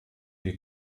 die